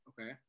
Okay